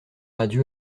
adieu